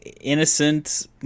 innocent